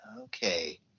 okay